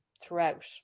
throughout